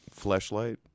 Fleshlight